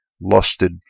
lusted